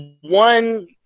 one